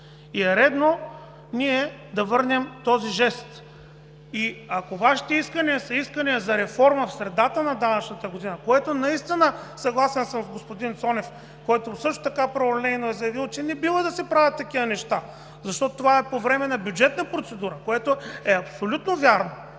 И е редно ние да върнем този жест. Ако Вашите искания са искания за реформа в средата на данъчната година, което наистина – съгласен съм с господин Цонев, който също така праволинейно е заявил, че не бива да се правят такива неща, защото това е по време на бюджетна процедура, което е абсолютно вярно,